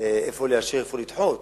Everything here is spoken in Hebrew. איפה לאשר, איפה לדחות.